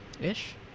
Ish